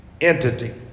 entity